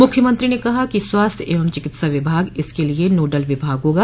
मुख्यमंत्री ने कहा कि स्वास्थ्य एवं चिकित्सा विभाग इसके लिये नोडल विभाग होगा